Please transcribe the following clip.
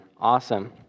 Awesome